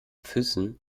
füssen